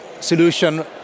Solution